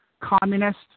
communist